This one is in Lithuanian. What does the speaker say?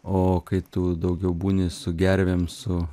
o kai tu daugiau būni su gervėm su